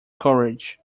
courage